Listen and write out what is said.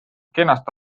kenasti